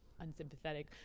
unsympathetic